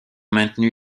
maintenu